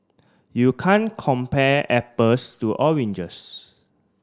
you can't compare apples to oranges